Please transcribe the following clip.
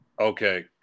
Okay